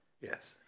Yes